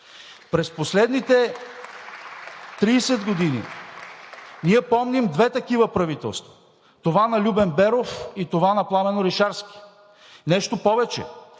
През последните 30 години ние помним две такива правителства – това на Любен Беров и това на Пламен Орешарски. Нещо повече,